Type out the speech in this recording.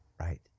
Right